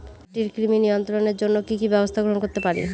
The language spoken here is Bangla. মাটির কৃমি নিয়ন্ত্রণের জন্য কি কি ব্যবস্থা গ্রহণ করতে পারি?